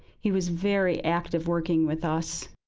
he was very active working with us.